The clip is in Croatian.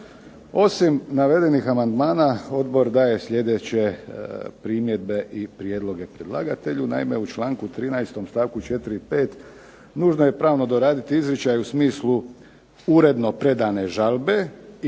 Osim navedenih amandmana odbor daje sljedeće primjedbe i prijedloge. Predlagatelj u članku 13. stavku 4. i 5. nužno je pravno doraditi izričaj u smislu uredno predane žalbe i